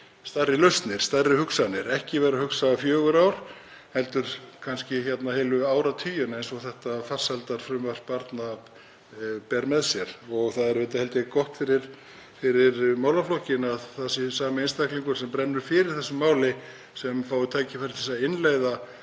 stærri lausnir, stærri hugsanir — ekki vera að hugsa um fjögur ár heldur kannski heilu áratugina eins og þetta farsældarfrumvarp barna ber með sér. Það er auðvitað gott fyrir málaflokkinn að það sé sami einstaklingur sem brennur fyrir þessu máli sem fái tækifæri til að innleiða